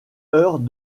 heures